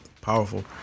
powerful